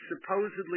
supposedly